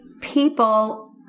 people